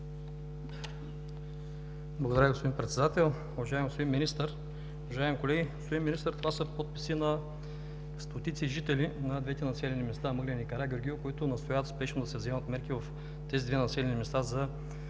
Благодаря, господин Председател. Уважаеми господин Министър, уважаеми колеги! Господин Министър, това са подписи на стотици жители на двете населени места – Мъглен и Карагеоргиево, които настояват спешно да се вземат мерки в тези две населени места за